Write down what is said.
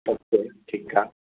अच्छा ठीकु आहे